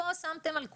פה שמתם על כולם.